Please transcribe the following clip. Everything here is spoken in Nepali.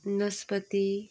नस्पती